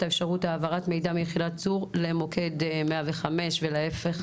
אפשרות העברת המידע מיחידת צור למוקד 105 ולהפך.